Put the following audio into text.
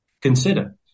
Consider